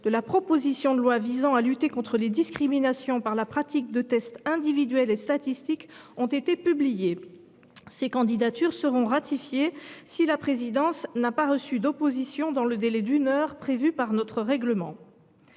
de la proposition de loi visant à lutter contre les discriminations par la pratique de tests individuels et statistiques ont été publiées. Ces candidatures seront ratifiées si la présidence n’a pas reçu d’opposition dans le délai d’une heure prévu par notre règlement.